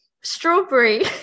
Strawberry